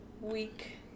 week